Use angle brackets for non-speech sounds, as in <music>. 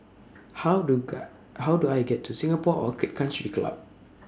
How Do <unintelligible> How Do I get to Singapore Orchid Country Club